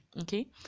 okay